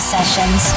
Sessions